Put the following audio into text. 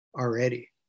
already